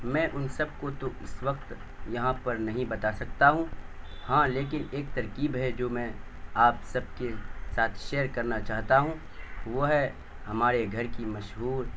میں ان سب کو تو اس وقت یہاں پر نہیں بتا سکتا ہوں ہاں لیکن ایک ترکیب ہے جو میں آپ سب کے ساتھ شیئر کرنا چاہتا ہوں وہ ہے ہمارے گھر کی مشہور